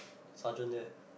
sergeant there